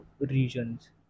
regions